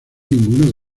ninguno